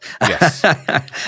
Yes